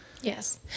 Yes